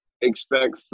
expect